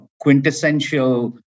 quintessential